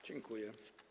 Dziękuję.